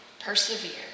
Persevere